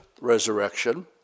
resurrection